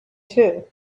too